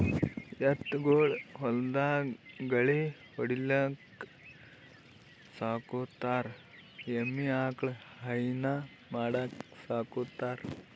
ಎತ್ತ್ ಗೊಳ್ ಹೊಲ್ದಾಗ್ ಗಳ್ಯಾ ಹೊಡಿಲಿಕ್ಕ್ ಸಾಕೋತಾರ್ ಎಮ್ಮಿ ಆಕಳ್ ಹೈನಾ ಮಾಡಕ್ಕ್ ಸಾಕೋತಾರ್